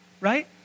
right